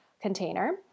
container